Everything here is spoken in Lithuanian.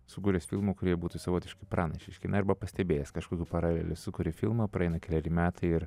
sukūręs filmų kurie būtų savotiški pranašiški na arba pastebėjęs kažkokių paralelių sukuri filmą praeina keleri metai ir